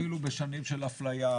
אפילו בשנים של אפליה,